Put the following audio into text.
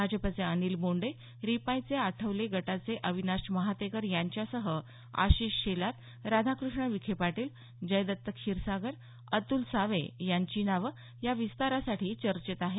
भाजपचे अनिल बोंडे रिपाईचे आठवले गटाचे अविनाश महातेकर यांच्यासह आशिष शेलार राधाकृष्ण विखेपाटील जयदत्त क्षीरसागर अतुल सावे यांची नावं या विस्तारासाठी चर्चेत आहेत